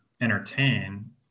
entertain